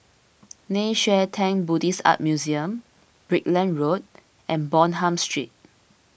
Nei Xue Tang Buddhist Art Museum Brickland Road and Bonham Street